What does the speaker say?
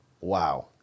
wow